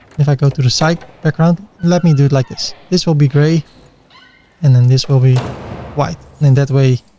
if i go to to side background, let me do it like this. this will be gray and then this will be white. in that way,